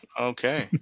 Okay